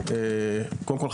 קודם כול,